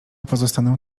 pozostanę